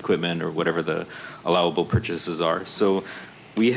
equipment or whatever the allowable purchases are so we